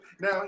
Now